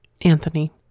Anthony